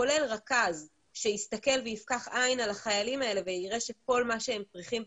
כולל רכז שיסתכל ויפקח עין על החיילים האלה ויראה שכל מה שהם צריכים,